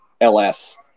LS